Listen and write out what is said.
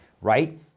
right